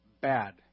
bad